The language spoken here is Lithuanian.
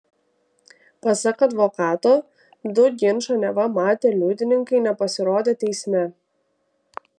pasak advokato du ginčą neva matę liudininkai nepasirodė teisme